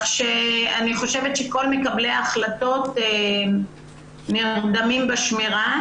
אני חושבת שכל מקבלי ההחלטות נרדמים בשמירה.